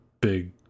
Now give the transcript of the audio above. big